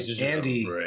Andy